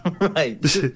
right